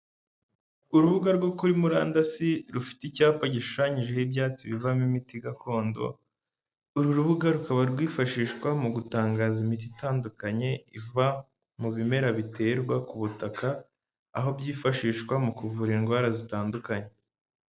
Urubuga rwo kuri murandasi rufite icyapa gishushanyijeho ibyatsi bivamo imiti gakondo, uru rubuga rukaba rwifashishwa mu gutangaza imiti itandukanye iva mu bimera biterwa ku butaka, aho byifashishwa mu kuvura indwara zitandukanye.